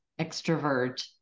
Extrovert